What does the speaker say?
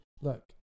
look